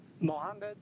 Mohammed